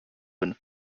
been